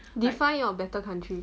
define your better country